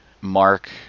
mark